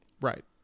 Right